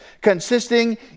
consisting